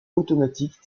automatique